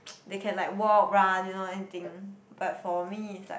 they can like walk run you know anything but for me is like